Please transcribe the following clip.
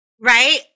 Right